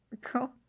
cool